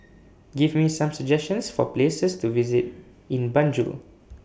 Give Me Some suggestions For Places to visit in Banjul